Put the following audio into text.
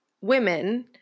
women